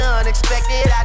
unexpected